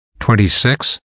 26